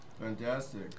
Fantastic